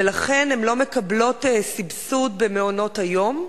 ולכן הן לא מקבלות סבסוד במעונות-היום,